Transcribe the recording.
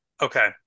Okay